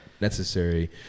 necessary